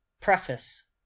Preface